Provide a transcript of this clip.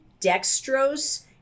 dextrose